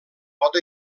pot